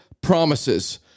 promises